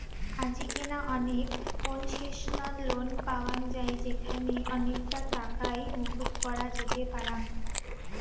আজিকেনা অনেক concessional loan পাওয়াঙ যাই যেখানে অনেকটা টাকাই মকুব করা যেতে পারাং